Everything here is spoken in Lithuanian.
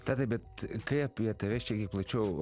tadai bet kai apie tave šiek tiek plačiau